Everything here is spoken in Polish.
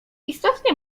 istotnie